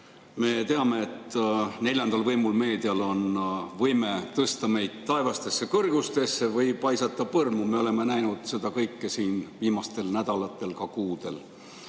Me teame, et neljandal võimul, meedial, on võime tõsta meid taevastesse kõrgustesse või paisata põrmu. Me oleme näinud seda kõike siin viimastel nädalatel ja ka kuudel.